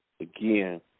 again